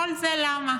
כל זה למה?